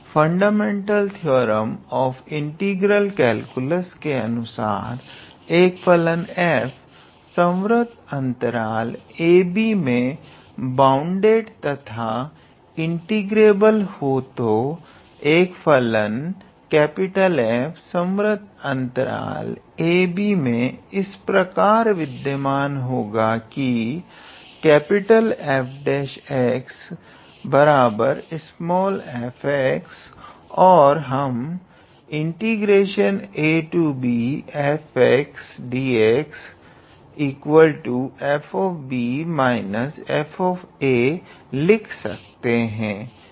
fundamental theorem of integral calculus के अनुसार एक फलन f संवर्त अंतराल ab में बाउंडेड तथा इंटीग्रेबल हो तो एक फलन F संवर्त अंतराल ab मे इस प्रकार विद्यमान होगा कि 𝐹′𝑥 𝑓𝑥 और हम abfxdxFb Fa लिख सकते हैं